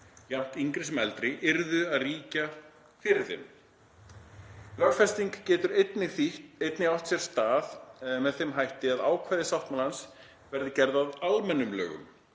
jafnt yngri sem eldri, yrðu að ríkja fyrir þeim. Lögfesting getur einnig átt sér stað með þeim hætti að ákvæði sáttmálans verði gerð að almennum lögum.